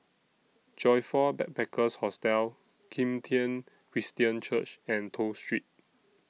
Joyfor Backpackers' Hostel Kim Tian Christian Church and Toh Street